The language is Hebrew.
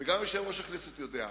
וגם יושב-ראש הכנסת יודע: